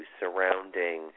surrounding